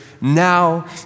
now